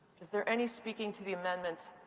is there any speaking to the amendment,